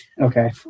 Okay